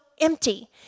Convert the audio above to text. empty